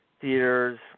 theaters